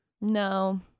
No